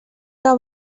que